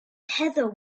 heather